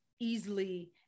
easily